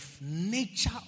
nature